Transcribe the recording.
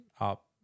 up